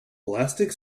plastic